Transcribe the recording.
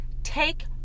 take